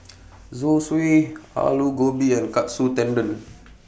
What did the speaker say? Zosui Alu Gobi and Katsu Tendon